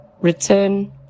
return